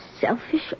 selfish